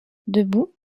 debout